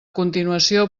continuació